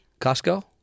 Costco